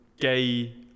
gay